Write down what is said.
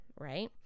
right